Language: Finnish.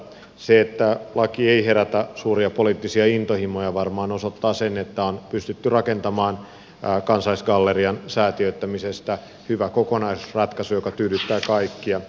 se että laki ei herätä suuria poliittisia intohimoja varmaan osoittaa sen että on pystytty rakentamaan kansallisgallerian säätiöittämisestä hyvä kokonaisuusratkaisu joka tyydyttää kaikkia